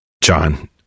John